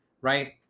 Right